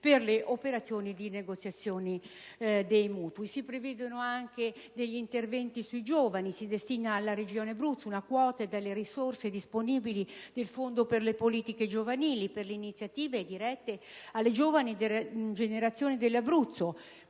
per le operazioni di rinegoziazione dei mutui. Si prevedono anche degli interventi per i giovani, si destina alla Regione Abruzzo una quota delle risorse disponibili del Fondo per le politiche giovanili, per le iniziative dirette alle giovani generazioni dell'Abruzzo.